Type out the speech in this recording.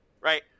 right